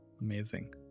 Amazing